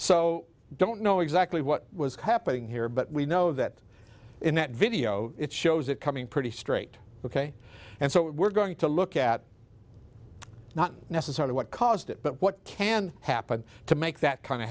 so i don't know exactly what was happening here but we know that in that video it shows it coming pretty straight ok and so we're going to look at not necessarily what caused it but what can happen to make that kind of